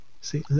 see